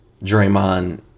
Draymond